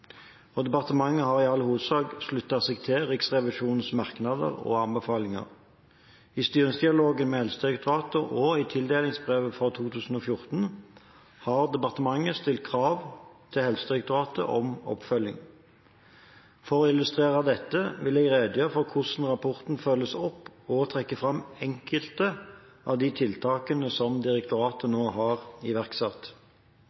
og departementet har i all hovedsak sluttet seg til Riksrevisjonens merknader og anbefalinger. I styringsdialogen med Helsedirektoratet og i tildelingsbrevet for 2014 har departementet stilt krav til Helsedirektoratet om oppfølging. For å illustrere dette vil jeg redegjøre for hvordan rapporten følges opp, og trekke fram enkelte av de tiltakene som direktoratet